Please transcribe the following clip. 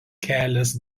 kelias